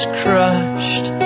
crushed